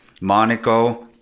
Monaco